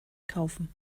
kaufen